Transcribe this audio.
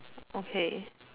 okay